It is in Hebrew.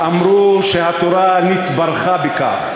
אמרו שהתורה נתברכה בכך.